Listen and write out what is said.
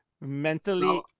mentally